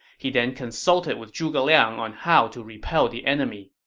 he then consulted with zhuge liang on how to repel the enemy